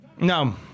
No